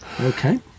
Okay